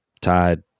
tied